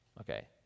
Okay